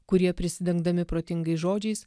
kurie prisidengdami protingais žodžiais